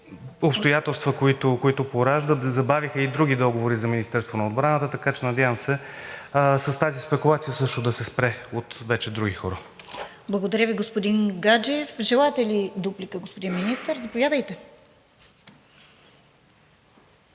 обстоятелства, които пораждат, забавиха и други договори за Министерството на отбраната, така че, надявам се, с тази спекулация също да се спре от вече други хора. ПРЕДСЕДАТЕЛ РОСИЦА КИРОВА: Благодаря Ви, господин Гаджев. Желаете ли дуплика, господин Министър? Заповядайте.